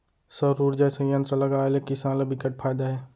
सउर उरजा संयत्र लगाए ले किसान ल बिकट फायदा हे